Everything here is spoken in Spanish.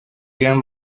gran